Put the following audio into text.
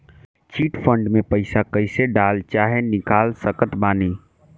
Chit fund मे पईसा कईसे डाल चाहे निकाल सकत बानी?